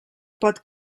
pot